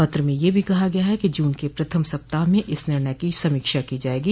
पत्र में यह भी कहा गया है कि जून के प्रथम सप्ताह में इस निर्णय की समीक्षा की जाएगी